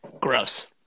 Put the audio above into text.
Gross